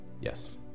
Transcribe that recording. Yes